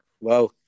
Wow